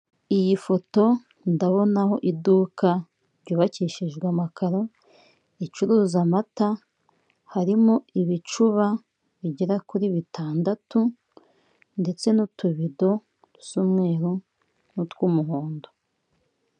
Iyi foto, ndabonaho iduka ryubakishijwe amakaro, ricuruza amata, harimo ibicuba bigera kuri bitandatu, ndetse n'utubido dusa umweru n'utw'umuhondo.